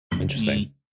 Interesting